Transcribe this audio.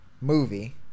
movie